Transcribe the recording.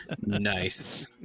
Nice